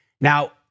Now